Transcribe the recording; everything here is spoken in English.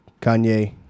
Kanye